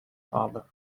father